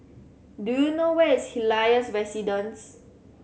do you know where is Helios Residence